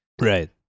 Right